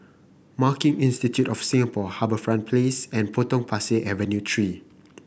Marketing Institute of Singapore HarbourFront Place and Potong Pasir Avenue Three